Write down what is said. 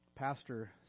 pastor